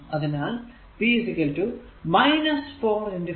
അതിനാൽ p 4 5